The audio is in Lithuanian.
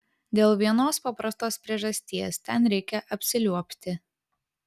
dėl vienos paprastos priežasties ten reikia apsiliuobti